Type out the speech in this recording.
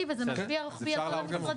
מאוד וזה משפיע רוחבית על כל המשרדים.